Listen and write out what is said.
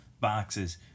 boxes